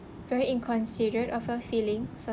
very inconsiderate of her feelings